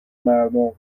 مردم